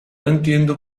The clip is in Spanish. entiendo